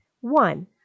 One